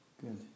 Good